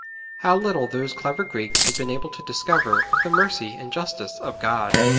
how little those clever greeks had been able to discover of the mercy and justice of god!